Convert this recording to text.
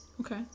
Okay